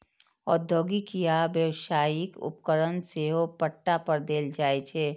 औद्योगिक या व्यावसायिक उपकरण सेहो पट्टा पर देल जाइ छै